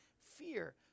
fear